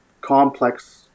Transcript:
complex